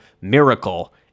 miracle